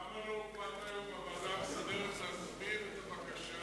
למה לא הופעת היום בוועדה המסדרת להסביר את הבקשה?